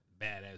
badass